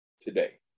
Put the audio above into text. today